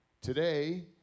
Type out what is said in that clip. Today